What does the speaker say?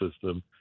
system